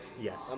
Yes